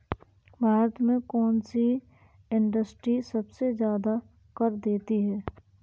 भारत में कौन सी इंडस्ट्री सबसे ज्यादा कर देती है?